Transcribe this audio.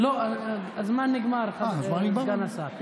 הזמן נגמר, סגן השר.